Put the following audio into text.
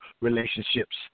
relationships